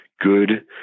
good